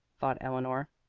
thought eleanor.